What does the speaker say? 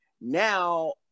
now